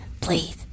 Please